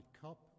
cup